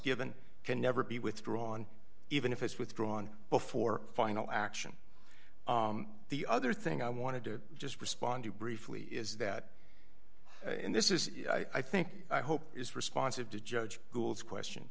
given can never be withdrawn even if it's withdrawn before final action the other thing i wanted to just respond to briefly is that and this is i think i hope is responsive to judge rules question